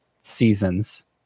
seasons